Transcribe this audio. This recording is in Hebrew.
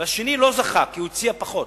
והשני לא זכה כי הוא הציע פחות,